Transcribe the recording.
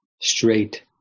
Straight